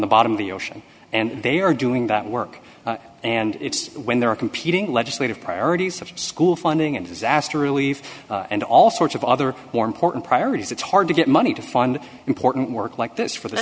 the bottom of the ocean and they are doing that work and it's when there are competing legislative priorities of school funding and disaster relief and all sorts of other more important priorities it's hard to get money to fund important work like this for th